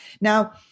Now